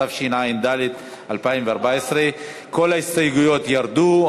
התשע"ד 2014. כל ההסתייגויות ירדו.